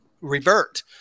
revert